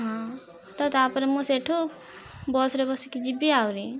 ହଁ ତ ତାପରେ ମୁଁ ସେଇଠୁ ବସ୍ ରେ ବସିକି ଯିବି ଆହୁରି